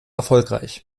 erfolgreich